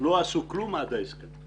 לא עשו כלום עד ההסכם.